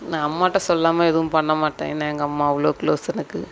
நான் அம்மாட்ட சொல்லாமல் எதுவும் பண்ண மாட்டேன் ஏன்னா எங்கள் அம்மா அவ்வளோ க்ளோஸ் எனக்கு